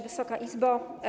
Wysoka Izbo!